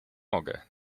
mogę